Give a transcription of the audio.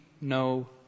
no